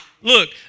Look